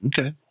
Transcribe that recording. Okay